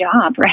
right